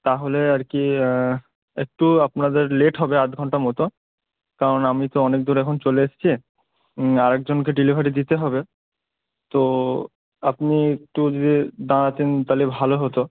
তাহলে আর কি একটু আপনাদের লেট হবে আধ ঘন্টা মতো কারণ আমি তো অনেক দূর এখন চলে এসেছি আরেকজনকে ডেলিভারি দিতে হবে তো আপনি একটু যদি দাঁড়াতেন তাহলে ভালো হতো